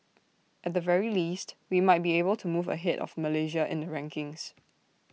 at the very least we might be able to move ahead of Malaysia in the rankings